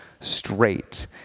straight